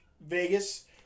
Vegas